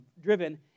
driven